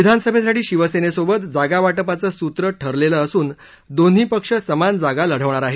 विधानसभेसाठी शिवसेनेसोबत जागावाटपांचं सूत्र ठरलेलं असून दोन्ही पक्ष समान जागा लढवणार आहेत